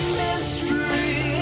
mystery